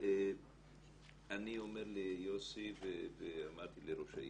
אני אומר ליוסי ואמרתי לראש העיר,